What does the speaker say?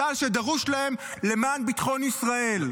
צה"ל, שדרוש להם למען ביטחון ישראל.